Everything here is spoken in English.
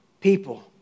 people